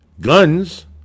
Guns